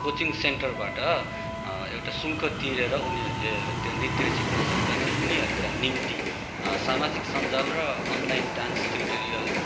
coaching सेन्टरबाट एउटा शुल्क तिरेर उनीहरूले त्यो नृत्य सिक्न सक्दैनन् उनीहरूका निम्ति सामाजिक सञ्जाल र अनलाइन डान्स ट्युटोरियल